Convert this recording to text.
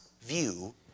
view